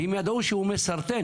ואם ידעו שהוא מסרטן,